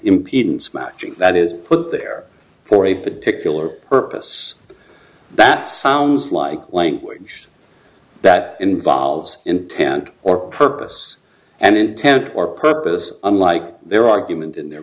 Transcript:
matching that is put there for a particular purpose that sounds like language that involves intent or purpose and intent or purpose unlike their argument in their